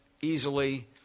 easily